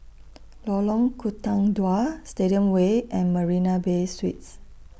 Lorong Tukang Dua Stadium Way and Marina Bay Suites